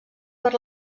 per